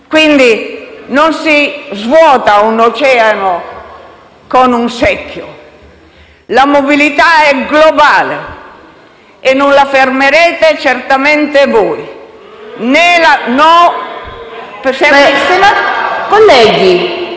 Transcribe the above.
Non si svuota un oceano con un secchio. La mobilità è globale e non la fermerete certamente voi.